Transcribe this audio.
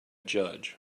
judge